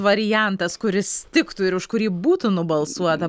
variantas kuris tiktų ir už kurį būtų nubalsuota